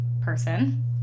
person